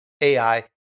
AI